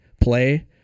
play